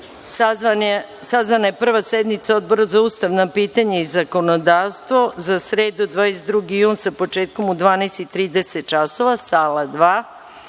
Sazvana je prva sednica Odbora za ustavna pitanja i zakonodavstvo za sredu 22. jun sa početkom u 12,30 časova u sali